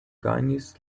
gajnis